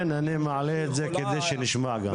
כן, אני מעלה את זה כדי שנשמע גם.